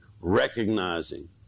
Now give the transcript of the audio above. recognizing